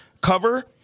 cover—